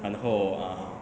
然后 um